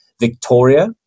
Victoria